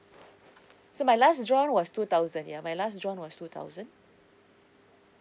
so my last drawn was two thousand ya my last drawn was two thousand